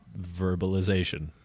verbalization